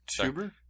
Tuber